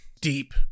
deep